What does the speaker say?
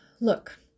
Look